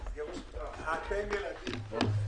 הישיבה ננעלה בשעה